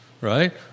right